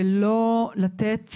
ולא לתת